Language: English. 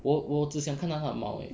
我我只想到她的猫而已